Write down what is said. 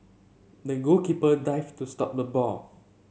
the goalkeeper dived to stop the ball